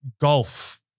golf